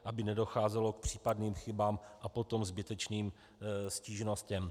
Aby nedocházelo k případným chybám a potom zbytečným stížnostem.